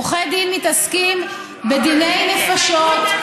עורכי דין מתעסקים בדיני נפשות,